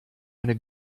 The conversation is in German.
eine